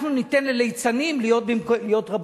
אנחנו ניתן לליצנים להיות רבנים.